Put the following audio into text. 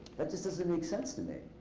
that just doesn't make sense to me.